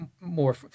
more